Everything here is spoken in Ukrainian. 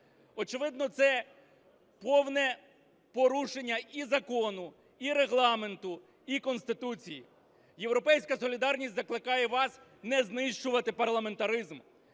Очевидно, це повне порушення і закону, і Регламенту, і Конституції. "Європейська солідарність" закликає вас не знищувати парламентаризм.